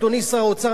אדוני שר האוצר,